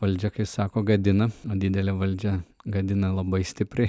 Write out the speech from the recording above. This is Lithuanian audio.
valdžia kai sako gadina o didelė valdžia gadina labai stipriai